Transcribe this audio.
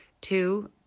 Two